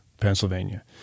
Pennsylvania